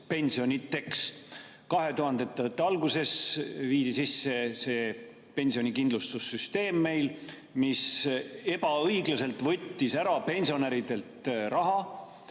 pensioniteks. 2000-ndate alguses viidi meil sisse pensionikindlustussüsteem, mis ebaõiglaselt võttis ära pensionäridelt raha